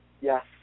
Yes